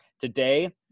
Today